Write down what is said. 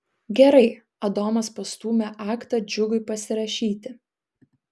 gerai adomas pastūmė aktą džiugui pasirašyti